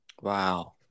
Wow